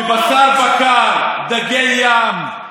במזון, בבשר בקר, דגי ים,